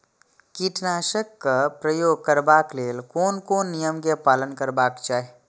कीटनाशक क प्रयोग करबाक लेल कोन कोन नियम के पालन करबाक चाही?